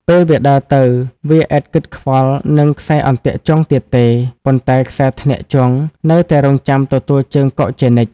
ពេលវាដើរទៅ វាឥតគិតខ្វល់នឹងខ្សែអន្ទាក់ជង់ទៀតទេ ប៉ុន្តែខ្សែធ្នាក់ជង់នៅតែរង់ចាំទទួលជើងកុកជានិច្ច ។